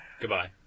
Goodbye